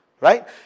Right